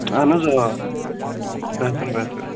اَہن حظ آ بہتر بہتر